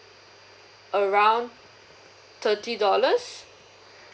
around thirty dollars